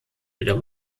wieder